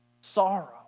sorrow